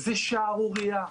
זאת שערורייה.